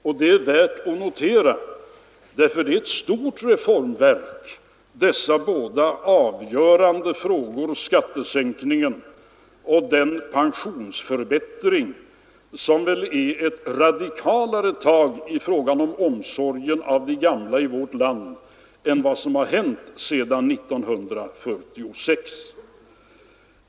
Och det är värt att notera därför att det är ett stort reformverk, dessa båda avgörande frågor, skattesänkningen och den pensionsförbättring som väl är ett radikalare tag i bl.a. omsorgen om de gamla i vårt land än vad som har hänt sedan 1946.